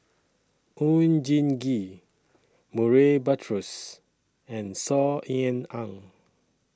Oon Jin Gee Murray Buttrose and Saw Ean Ang